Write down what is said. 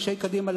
אנשי קדימה,